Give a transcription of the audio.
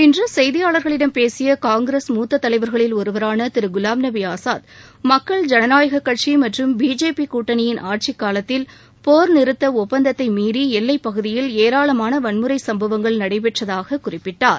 இன்று செய்தியாளா்களிடம் பேசிய காங்கிரஸ் மூத்த தலைவா்களில் ஒருவரான திரு குலாம்நபி ஆசாத் மக்கள் ஜனநாயக கட்சி மற்றும் பிஜேபி கூட்டணியின் ஆட்சிக்காலத்தில் போர் நிறுத்த ஒப்பந்ததை மீறி எல்லைப்பகுதயில் ஏராளமான வன்முறை சம்பவங்கள் நடைபெற்றதாக குறிப்பிட்டார்